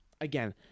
again